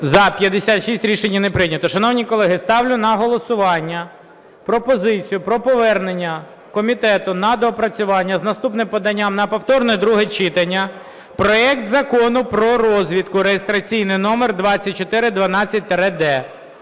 За-56 Рішення не прийнято. Шановні колеги, ставлю на голосування пропозицію про повернення комітету на доопрацювання з наступним поданням на повторне друге читання проект Закону про розвідку (реєстраційний номер 2412-д).